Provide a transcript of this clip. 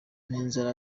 n’inzara